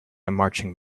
marching